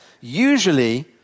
usually